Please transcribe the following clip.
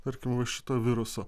tarkim va į šitą virusą